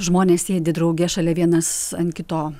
žmonės sėdi drauge šalia vienas ant kito